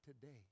today